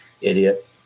idiot